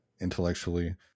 intellectually